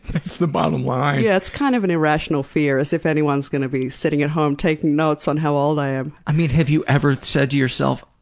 that's the bottom line. yeah, it's kind of an irrational fear, as if anyone's going to be sitting at home taking notes on how old i am. i mean, have you ever said to yourself,